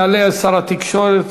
יעלה שר התקשורת